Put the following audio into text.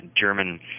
German